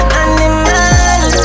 animal